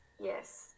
yes